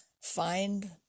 Find